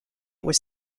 was